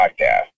podcast